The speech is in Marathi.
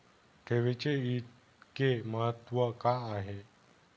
ठेवीचे इतके महत्व का आहे?